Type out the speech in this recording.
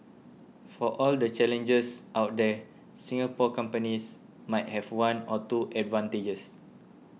for all the challenges out there Singapore companies might have one or two advantages